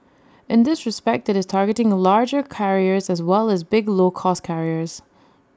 in this respect IT is targeting larger carriers as well as big low cost carriers